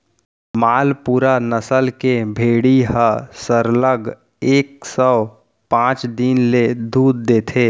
मालपुरा नसल के भेड़ी ह सरलग एक सौ पॉंच दिन ले दूद देथे